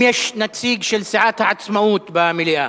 האם יש נציג של סיעת העצמאות במליאה?